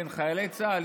בין חיילי צה"ל,